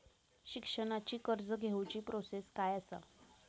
शिक्षणाची कर्ज घेऊची प्रोसेस काय असा?